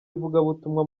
ivugabutumwa